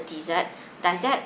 dessert does that